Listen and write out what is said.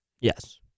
Yes